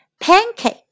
Pancake